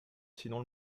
sinon